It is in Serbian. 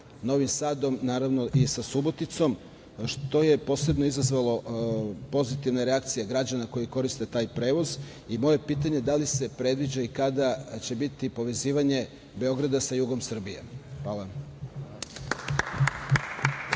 Novim Sadom, naravno i sa Suboticom, što je posebno izazvalo pozitivne reakcije građana koji koriste taj prevoz. Moje je pitanje da li se predviđa i kada će biti povezivanje Beograda sa jugom Srbije? Hvala.